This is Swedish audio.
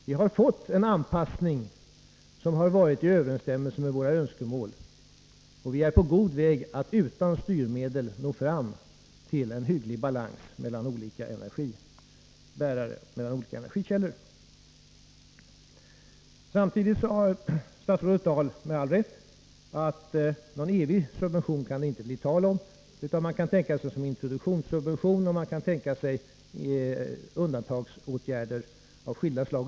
Vi har fått en anpassning som överensstämmer med våra önskemål. Vi är på god väg att utan styrmedel nå fram till en god balans mellan olika energikällor. Statsrådet Dahl har rätt när hon säger att det inte kan bli tal om någon evig subvention. Man kan tänka sig en introduktionssubvention och undantagsåtgärder av skilda slag.